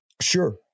sure